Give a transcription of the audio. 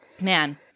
Man